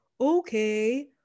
okay